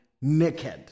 naked